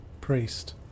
priest